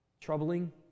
troubling